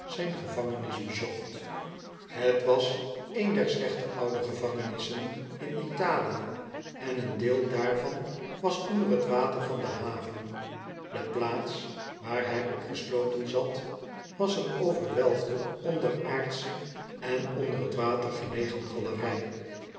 zijne gevangenis bezocht het was een der slechte oude gevangenissen in italië en een deel daarvan was onder t water van de haven de plaats waar hij opgesloten zat was een overwelfde onderaardsehe en onder t water gelegen galerij